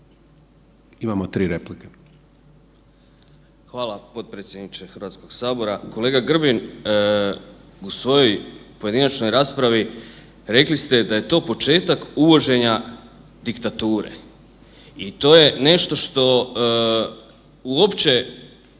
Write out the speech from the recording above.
Imamo tri replike